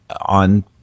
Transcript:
on